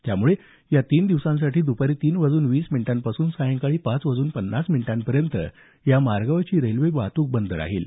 त्यामुळे या तीन दिवसांसाठी दुपारी तीन वाजून वीस मिनिटांपासून सायंकाळी पाच वाजून पन्नास मिनिटांपर्यंत या मार्गावरची रेल्वे वाहतूक बंद राहणार आहे